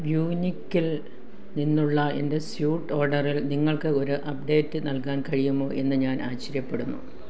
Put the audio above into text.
വ്യൂനിക്കിൽ നിന്നുള്ള എന്റെ സ്യൂട്ട് ഓഡറിൽ നിങ്ങൾക്ക് ഒരു അപ്ഡേറ്റ് നൽകാൻ കഴിയുമോ എന്ന് ഞാൻ ആശ്ചര്യപ്പെടുന്നു